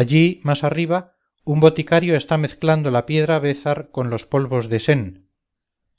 allí más arriba un boticario está mezclando la piedra bezar con los polvos de sen